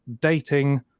dating